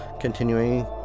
continuing